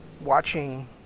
Watching